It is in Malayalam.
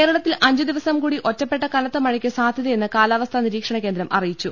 കേരളത്തിൽ അഞ്ചുദിവസംകൂടി ഒറ്റപ്പെട്ട കനത്ത മഴയ്ക്ക് സാധ്യ തയെന്ന് കാലാവസ്ഥാ നിരീക്ഷണകേന്ദ്രം അറിയിച്ചു